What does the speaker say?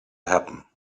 happen